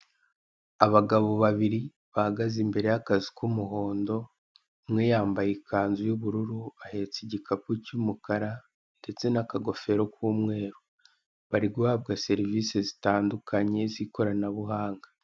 Abagabo babiri bahagaze imbere y'akazu k'umuhondo umwe yambaye ikanzu y'ubururu ahetse igikapu cy'umukara ndetse n'akagofero k'umweru, bari guhabwa serivise zitandukanye z'ikoranabuhanga.